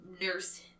nurse